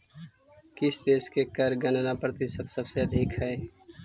किस देश की कर गणना प्रतिशत सबसे अधिक हई